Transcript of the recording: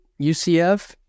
UCF